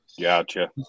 Gotcha